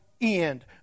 end